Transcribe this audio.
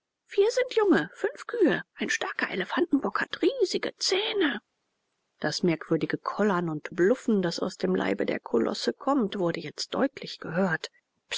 vier sind junge fünf kühe ein starker elefantenbock hat riesige zähne das merkwürdige kollern und bluffen das aus dem leibe der kolosse kommt wurde jetzt deutlich gehört